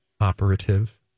operative